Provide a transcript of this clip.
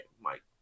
Mike